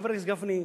חבר הכנסת גפני,